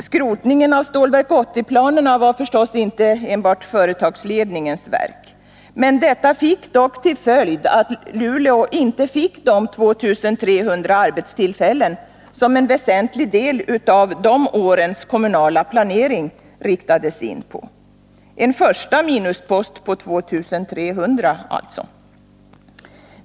Skrotningen av Stålverk 80-planerna var förstås inte enbart företagsledningens verk, men den fick dock till följd att Luleå inte fick de 2300 arbetstillfällen som en väsentlig del av de årens kommunala planering riktades in på. Det blev alltså en första minuspost på 2 300.